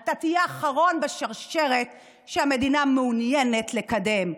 אתה תהיה אחרון בשרשרת שהמדינה מעוניינת לקדם.